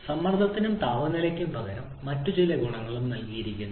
സമ്മർദ്ദത്തിനും താപനിലയ്ക്കും പകരം മറ്റ് ചില ഗുണങ്ങളും നൽകിയിരിക്കുന്നു